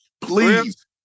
Please